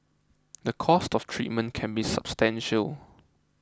the cost of treatment can be substantial